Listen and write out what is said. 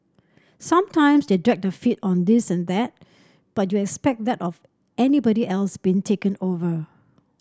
sometimes they dragged their feet on this and that but you expect that of anybody else being taken over